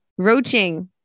Roaching